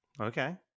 okay